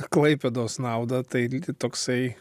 klaipėdos naudą tai toksai